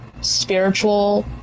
spiritual